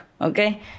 okay